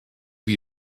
wie